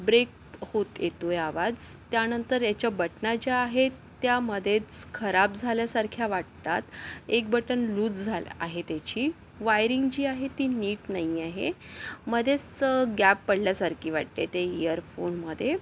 break होत येतो आहे आवाज त्यानंतर ह्याच्या बटना जे आहे त्या मध्येच खराब झाल्यासारख्या वाटतात एक बटन लूज झालं आहे त्याची वायरिंग जी आहे ती नीट नाही आहे मध्येच गॅप पडल्यासारखी वाटते त्या ईयरफोनमध्ये